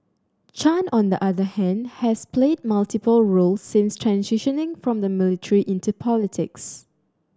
Chan on the other hand has played multiple roles since transitioning from the military into politics